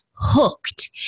hooked